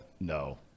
No